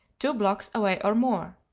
two blocks away or more.